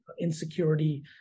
insecurity